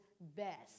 best